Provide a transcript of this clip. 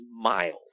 mild